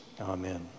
Amen